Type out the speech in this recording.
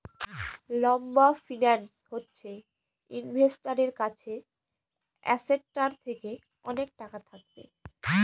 লম্বা ফিন্যান্স হচ্ছে ইনভেস্টারের কাছে অ্যাসেটটার থেকে অনেক টাকা থাকবে